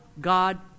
God